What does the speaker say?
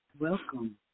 Welcome